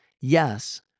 yes